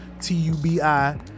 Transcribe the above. T-U-B-I